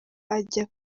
ajya